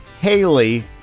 Haley